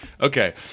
Okay